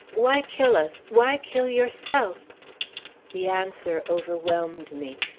why kill us, why kill yourself the answer overwhelmed me.